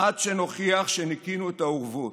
עד שנוכיח שניקינו את האורוות.